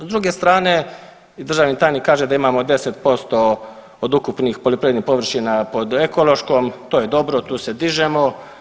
S druge strane i državni tajnik kaže da imamo 10% od ukupnih poljoprivrednih površina pod ekološkom, to je dobro, tu se dižemo.